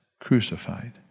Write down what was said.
crucified